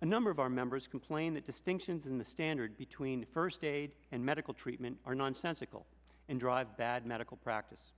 a number of our members complain that the stink sins in the standard between first aid and medical treatment are nonsensical and dr bad medical practice